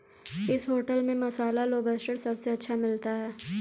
किस होटल में मसाला लोबस्टर सबसे अच्छा मिलता है?